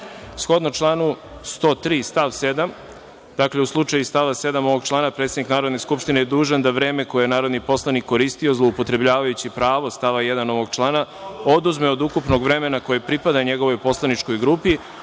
po članu 103. stav 7, dakle u slučaju stava 7. ovog člana predsednik Narodne skupštine je dužan da vreme koje je narodni poslanik koristio zloupotrebljavajući prava iz stava 1. ovog člana, oduzme od ukupnog vremena koje pripada njegovoj poslaničkoj grupi